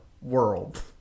world